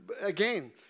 again